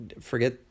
forget